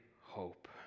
hope